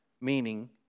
meaning